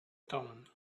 town